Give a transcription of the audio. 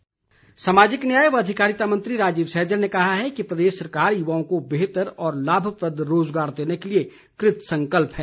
सैजल सामाजिक न्याय व अधिकारिता मंत्री राजीव सैजल ने कहा है कि प्रदेश सरकार युवाओं को बेहतर और लाभप्रद रोजगार देने के लिए कृतसंकल्प है